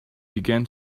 began